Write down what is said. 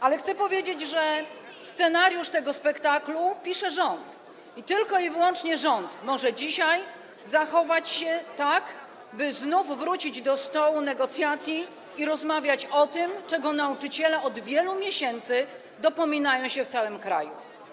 Ale chcę powiedzieć, że scenariusz tego spektaklu pisze rząd, i tylko i wyłącznie rząd może dzisiaj zachować się tak, by znów wrócić do stołu negocjacji i rozmawiać o tym, czego nauczyciele od wielu miesięcy dopominają się w całym kraju.